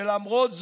ולמרות זאת,